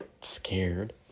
scared